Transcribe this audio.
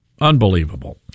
Unbelievable